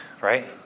right